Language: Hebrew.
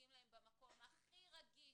נוגעים להם במקום הכי רגיש,